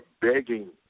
begging